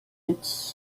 its